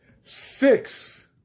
six